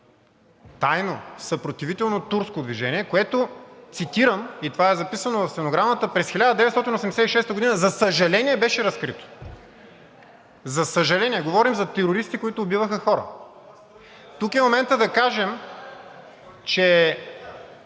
тайно съпротивително турско движение, което, цитирам, и това е записано в стенограмата: „през 1986 г., за съжаление, беше разкрито.“ За съжаление?! Говорим за терористи, които убиваха хора! (Реплика от